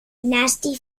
nasty